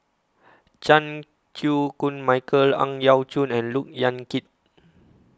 Chan Chew Koon Michael Ang Yau Choon and Look Yan Kit